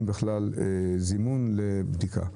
בכלל זימון לבדיקה.